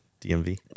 DMV